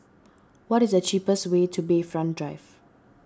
what is the cheapest way to Bayfront Drive